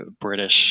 british